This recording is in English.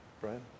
Brian